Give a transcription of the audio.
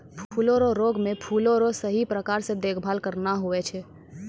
फूलो रो रोग मे फूलो रो सही प्रकार से देखभाल करना हुवै छै